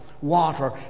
Water